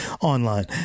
online